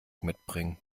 mitbringen